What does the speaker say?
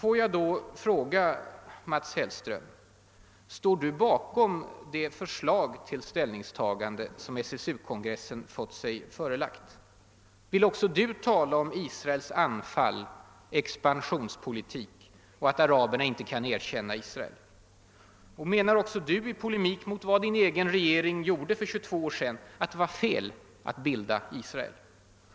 Får jag då fråga Mats Hellström: Står du bakom det förslag till ställningstagande som SSU-kongressen fått sig förelagt? Vill också du tala om Israels »anfall« och »expansionspolitik«. Anser också du att araberna inte kan erkänna Israel? Menar du i polemik mot vad din egen regering gjorde för 22 år sedan att det var fel att bilda Israel?